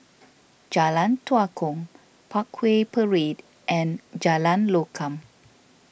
Jalan Tua Kong Parkway Parade and Jalan Lokam